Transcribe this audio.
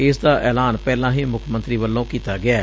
ਇਸ ਦਾ ਐਲਾਨ ਪਹਿਲਾ ਹੀ ਮੁੱਖ ਮੰਤਰੀ ਵੱਲੋ ਕੀਤਾ ਗਿਐ